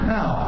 Now